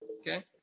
Okay